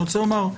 אני רוצה לומר,